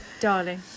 darling